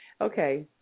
Okay